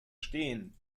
stehen